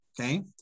okay